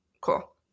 cool